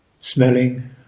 smelling